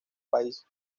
país